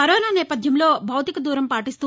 corona నేపథ్యంలో భౌతికదూరం పాటిస్తూ